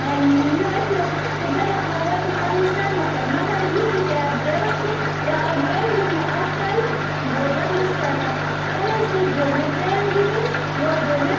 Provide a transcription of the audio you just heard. یہِ رٔٹِتھ تہٕ بہٕ ہٮ۪کہٕ ہَہ وٲتِتھ پَنٛنِس ٹایمَس پٮ۪ٹھ مگر یُس یہِ کیب ڈرٛایوَر چھُ یہِ آو نہٕ أمۍ دیُت مےٚ اَکھ ٹایم یہِ ووت بَدلِس ٹایمَس اَمے سۭتۍ گوٚو مےٚ ٹرٛین تہِ مِس یورٕ گوٚو مےٚ